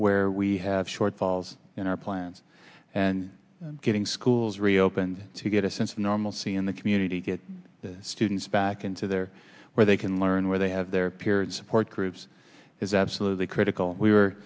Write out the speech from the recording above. where we have shortfalls in our plans and getting schools reopened to get a sense of normalcy in the community get students back into their where they can learn where they have their period support groups is absolutely critical we were